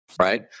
right